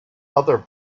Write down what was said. other